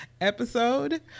episode